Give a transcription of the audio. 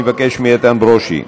אני מבקש מאיתן ברושי.